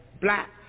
black